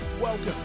welcome